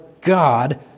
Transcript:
God